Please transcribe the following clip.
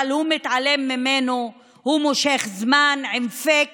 אבל הוא מתעלם ממנו ומושך זמן עם פייק